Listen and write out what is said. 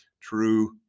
true